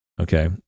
okay